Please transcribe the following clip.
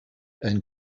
ein